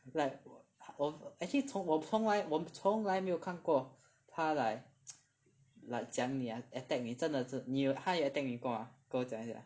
like 我 actually 从我从来我从来没有看过他 like 讲你 attack 你真的真的你有他有 attack 你过吗跟我讲一下